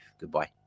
Goodbye